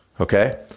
okay